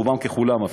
רובם ככולם אפילו,